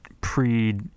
pre